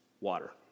water